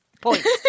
Points